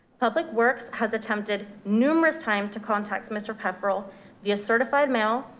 public works has attempted numerous times to contact mr. pefferle via certified mail,